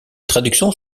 traductions